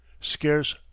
scarce